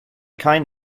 kind